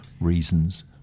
reasons